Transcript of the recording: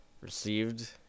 received